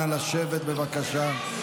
נא לשבת בבקשה.